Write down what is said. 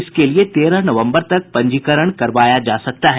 इसके लिए तेरह नवम्बर तक पंजीकरण करवाया जा सकता है